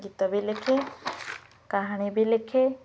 ଗୀତ ବି ଲେଖେ କାହାଣୀ ବି ଲେଖେ